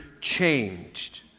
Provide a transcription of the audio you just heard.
changed